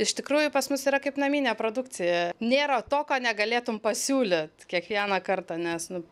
iš tikrųjų pas mus yra kaip naminė produkcija nėra to ko negalėtum pasiūlyt kiekvieną kartą nes nu